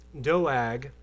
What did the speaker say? Doag